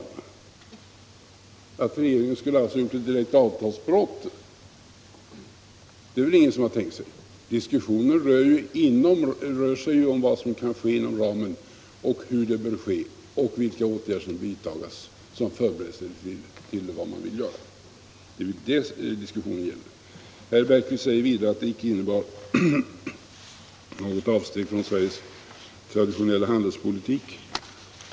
Ingen har väl tänkt sig att regeringen skulle ha gjort en direkt avtalsbrott. Diskussionen rör sig ju om vad som kan ske inom ramen, hur det bör ske och vilka åtgärder som bör vidtas såsom förberedelse för vad man vill göra. Herr Bergqvist framhåller vidare att det inte innebar något avsteg från Sveriges traditionella handelspolitik.